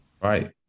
Right